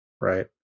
right